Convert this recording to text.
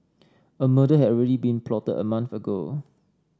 a murder had already been plotted a month ago